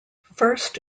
first